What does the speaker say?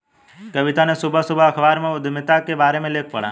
कविता ने सुबह सुबह अखबार में उधमिता के बारे में लेख पढ़ा